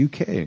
UK